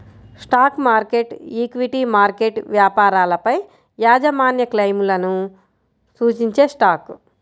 stock market, equity market వ్యాపారాలపైయాజమాన్యక్లెయిమ్లను సూచించేస్టాక్